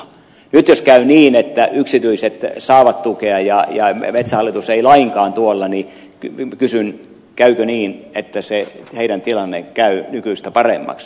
nyt jos käy niin että yksityiset saavat tukea ja metsähallitus ei lainkaan niin kysyn käykö niin että se heidän tilanteensa käy nykyistä paremmaksi